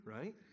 right